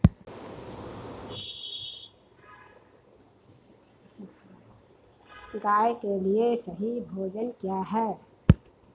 गाय के लिए सही भोजन क्या है?